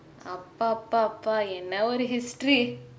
அப்பப்பப்பா என்னா ஒரு:appappappa enna oru history